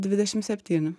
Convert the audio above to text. dvidešim septyni